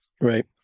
Right